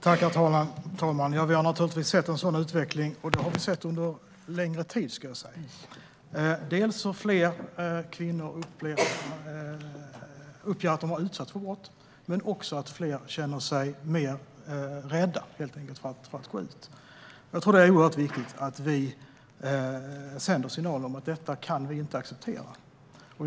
Fru talman! Vi har sett en sådan utveckling, och jag skulle säga att vi har sett den under en längre tid - dels att fler kvinnor uppger att de har utsatts för brott, dels att fler känner sig mer rädda för att gå ut. Jag tror att det är oerhört viktigt att vi sänder signaler om att vi inte kan acceptera detta.